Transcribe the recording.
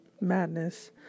madness